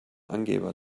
angeber